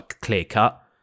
clear-cut